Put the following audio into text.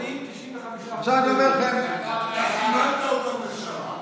בכל השנים 95% --- אתה כיוונת אותם לשם,